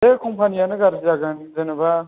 बे कम्पानियानो गाज्रि जागोन जेन'बा